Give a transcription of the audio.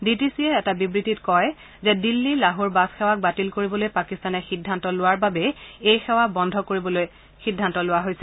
D টি চিয়ে এটা বিবৃতিত কয় যে দিল্লী লাহোৰ বাছসেৱাক বাতিল কৰিবলৈ পাকিস্তানে সিদ্ধান্ত লোৱাৰ বাবেই এই সেৱা বন্ধ কৰিবলৈ সিদ্ধান্ত লৈছে